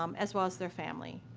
um as well as their family.